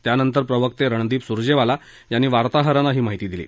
त्यानंतर प्रवक्ते रणदीप सुरजेवाला यांनी वार्ताहरांना ही माहिती दिली